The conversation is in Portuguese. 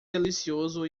delicioso